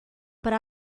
para